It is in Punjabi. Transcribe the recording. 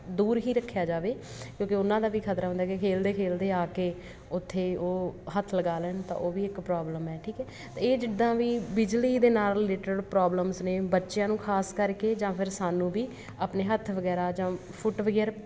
ਦੂਰ ਹੀ ਰੱਖਿਆ ਜਾਵੇ ਕਿਉਂਕਿ ਉਹਨਾਂ ਦਾ ਵੀ ਖਤਰਾ ਹੁੰਦਾ ਕਿ ਖੇਲਦੇ ਖੇਲਦੇ ਆ ਕੇ ਉੱਥੇ ਉਹ ਹੱਥ ਲਗਾ ਲੈਣ ਤਾਂ ਉਹ ਵੀ ਇੱਕ ਪ੍ਰੋਬਲਮ ਹੈ ਠੀਕ ਹੈ ਅਤੇ ਇਹ ਜਿੱਦਾਂ ਵੀ ਬਿਜਲੀ ਦੇ ਨਾਲ ਰਿਲੇਟਡ ਪ੍ਰੋਬਲਮਸ ਨੇ ਬੱਚਿਆਂ ਨੂੰ ਖਾਸ ਕਰਕੇ ਜਾਂ ਫਿਰ ਸਾਨੂੰ ਵੀ ਆਪਣੇ ਹੱਥ ਵਗੈਰਾ ਜਾਂ ਫੁੱਟਵੀਅਰ